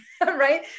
right